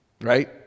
right